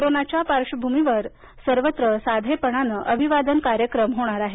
कोरोनाच्या पार्श्वभूमीवर सर्वत्र साधेपणाने अभिवादन कार्यक्रम होणार आहेत